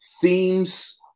themes